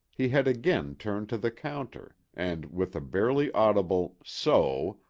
he had again turned to the counter, and with a barely audible so,